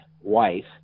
wife